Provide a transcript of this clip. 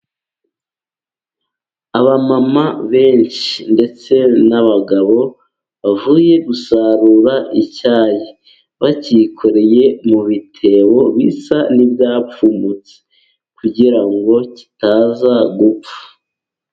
Abamama benshi ndetse n'abagabo bavuye gusarura icyayi, bacyikoreye mu bitebo bisa n'ibyapfumutse, kugira ngo kitaza gupfa.